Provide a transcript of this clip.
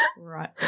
Right